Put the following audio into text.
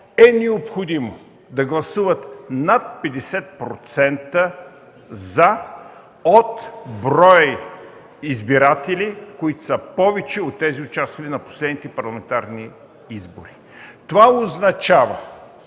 е необходимо да гласуват над 50% „за” брой избиратели, които са повече от тези, участвали на последните парламентарни избори. Това означава,